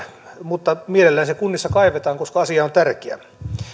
mutta mielellään se kunnissa kaivetaan koska asia on tärkeä